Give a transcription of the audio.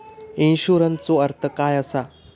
इन्शुरन्सचो अर्थ काय असा?